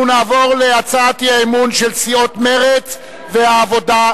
אנחנו נעבור להצעת האי-אמון של סיעות מרצ והעבודה,